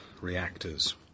reactors